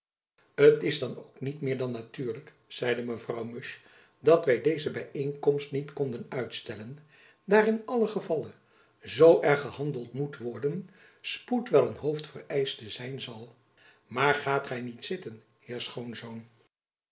t is dan ook niet meer dan natuurlijk zeide mevrouw musch dat wy deze byeenkomst niet konden uitstellen daar in allen gevalle zoo er gehandeld moet worden spoed wel een hoofdvereischte zijn zal maar gaat gy niet zitten heer schoonzoon